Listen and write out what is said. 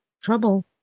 trouble